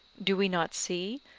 do we not see,